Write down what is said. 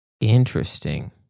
Interesting